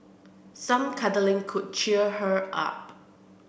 some cuddling could cheer her up